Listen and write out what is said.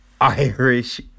Irish